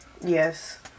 Yes